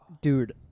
Dude